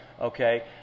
okay